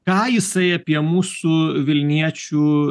ką jisai apie mūsų vilniečių